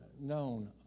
known